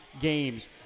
games